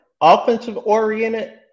offensive-oriented